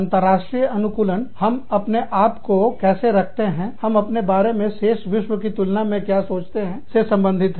अंतर्राष्ट्रीय अनुकूलन हम अपने आपको कैसे स्थित रखते करते हैं हम अपने बारे में शेष विश्व के तुलना में क्या सोचते हैं से संबंधित हैं